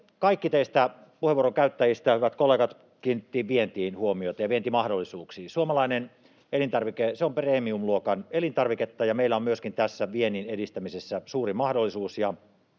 kaikki teistä puheenvuoronkäyttäjistä, hyvät kollegat, kiinnitti vientiin huomiota ja vientimahdollisuuksiin. Suomalainen elintarvike, se on premium-luokan elintarviketta, ja meillä on myöskin tässä viennin edistämisessä suuri mahdollisuus.